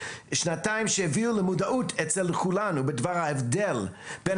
אשר הביאו למודעות אצל כולנו את ההבדל בין